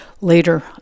later